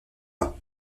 pas